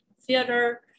theater